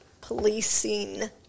policing